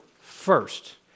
First